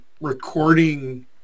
recording